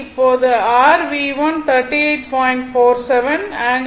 இப்போது இது r V1 38